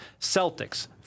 celtics